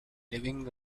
living